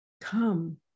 Come